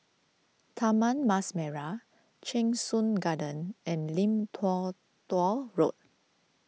Taman Mas Merah Cheng Soon Garden and Lim Tua Tow Road